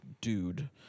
dude